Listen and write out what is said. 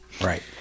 Right